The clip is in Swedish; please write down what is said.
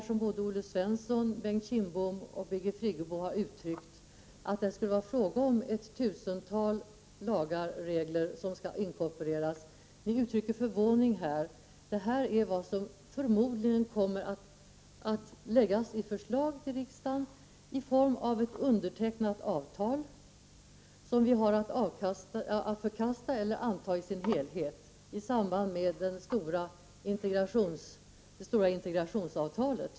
Såväl Olle Svensson och Bengt Kindbom som Birgit Friggebo uttrycker förvåning över att det skulle vara fråga om ett tusental lagar och regler som skall inkorporeras. Detta är vad som förmodligen kommer att läggas fram — kanske någon gång i höst — i ett förslag till riksdagen i form av ett undertecknat avtal, som vi har att förkasta eller anta i dess helhet i samband med det stora integrationsavtalet.